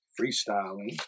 Freestyling